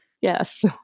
Yes